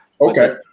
Okay